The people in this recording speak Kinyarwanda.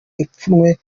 ipfunwe